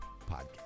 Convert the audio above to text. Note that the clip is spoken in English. podcast